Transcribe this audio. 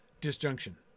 disjunction